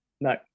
No